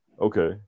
Okay